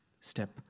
step